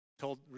told